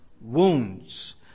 wounds